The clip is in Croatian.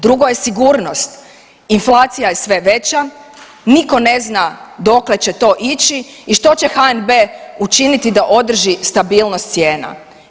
Drugo je sigurnost, inflacija je sve veća, niko ne zna dokle će to ići i što će HNB učiniti da održi stabilnost cijena?